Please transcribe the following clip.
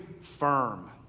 firm